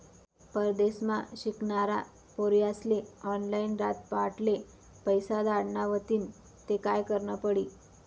परदेसमा शिकनारा पोर्यास्ले ऑनलाईन रातपहाटले पैसा धाडना व्हतीन ते काय करनं पडी